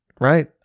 right